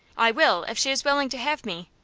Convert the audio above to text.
i will if she is willing to have me,